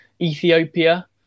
Ethiopia